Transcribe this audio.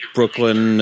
Brooklyn